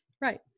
Right